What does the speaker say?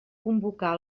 convocar